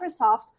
Microsoft